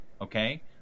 okay